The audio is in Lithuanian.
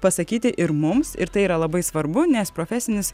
pasakyti ir mums ir tai yra labai svarbu nes profesinis